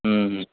हूँ हूँ